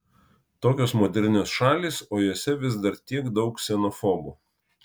tokios modernios šalys o jose vis dar tiek daug ksenofobų